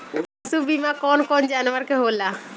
पशु बीमा कौन कौन जानवर के होला?